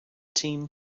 team